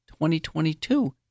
2022